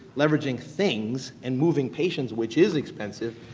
leveraging things and moving patients which is expensive,